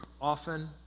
often